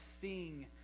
sing